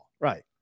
Right